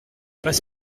pas